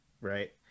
right